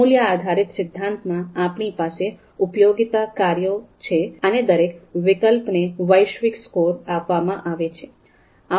મૂલ્ય આધારિત સિદ્ધાંતમાં આપણી પાસે ઉપયોગિતા કાર્યો છે અને દરેક વૈકલ્પિક ને વૈશ્વિક સ્કોર આપવામાં આવે છે